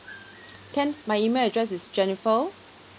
can my email address is jennifer